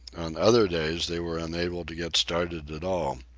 on other days they were unable to get started at all.